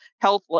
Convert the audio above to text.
health